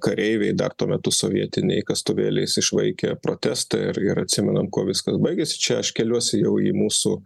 kareiviai dar tuo metu sovietiniai kastuvėliais išvaikė protestą ir ir atsimenam kuo viskas baigėsi čia aš keliuosi jau į mūsų